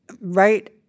right